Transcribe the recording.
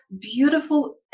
beautiful